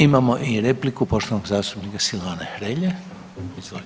Imamo i repliku poštovanog zastupnika Silvana Hrelje.